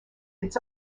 its